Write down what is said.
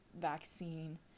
vaccine